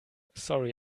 sorry